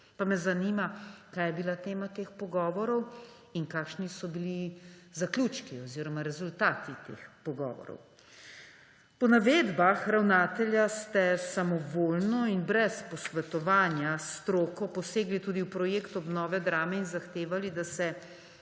Pa me zanima: Kaj je bila tema teh pogovorov in kakšni so bili zaključki oziroma rezultati teh pogovorov? Po navedbah ravnatelja ste samovoljno in brez posvetovanja s stroko posegli tudi v projekt obnove Drame in zahtevali, da se